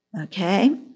Okay